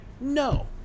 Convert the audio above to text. No